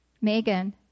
Megan